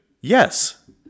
Yes